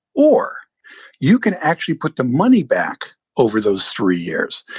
or you can actually put the money back over those three years.